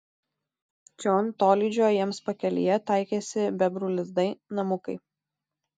čion tolydžio jiems pakelėje taikėsi bebrų lizdai namukai